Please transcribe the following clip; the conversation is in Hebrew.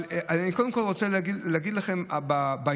אבל קודם כול אני רוצה להגיד לכם בעניין